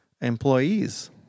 employees